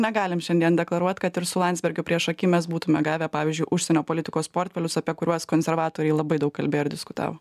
negalim šiandien deklaruot kad ir su landsbergiu priešaky mes būtumėme gavę pavyzdžiui užsienio politikos portfelius apie kuriuos konservatoriai labai daug kalbėjo ir diskutavo